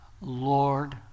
Lord